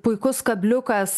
puikus kabliukas